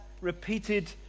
repeated